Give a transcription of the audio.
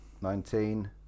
Nineteen